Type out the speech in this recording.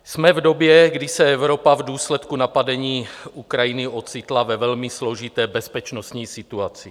Jsme v době, kdy se Evropa v důsledku napadení Ukrajiny ocitla ve velmi složité bezpečnostní situaci.